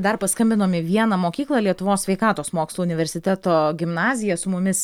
dar paskambinom į vieną mokyklą lietuvos sveikatos mokslų universiteto gimnaziją su mumis